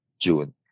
June